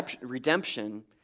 redemption